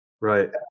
Right